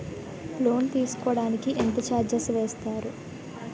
Loan తీసుకోడానికి ఎంత charges వేస్తారు?